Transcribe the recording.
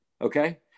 Okay